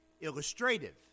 illustrative